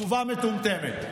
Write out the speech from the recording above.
תגובה מטומטמת.